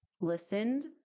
listened